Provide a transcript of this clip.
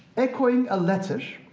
echoing a letter,